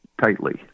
tightly